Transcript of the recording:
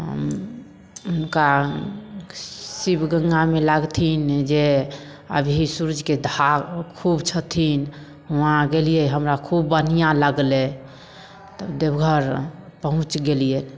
हम हुनका शिवगङ्गामे लागथिन जे अभी सूर्जके धाह खूब छथिन हुआँ गेलियै हमरा खूब बढ़िऑं लगलै तब देवघर पहुँच गेलियै